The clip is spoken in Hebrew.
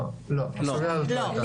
לא, הסוגיה הזאת לא עלתה.